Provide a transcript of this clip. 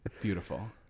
Beautiful